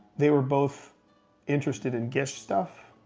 they were both interested in gish stuff,